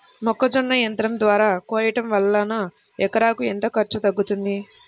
మొక్కజొన్న యంత్రం ద్వారా కోయటం వలన ఎకరాకు ఎంత ఖర్చు తగ్గుతుంది?